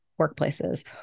workplaces